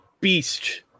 beast